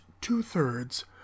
two-thirds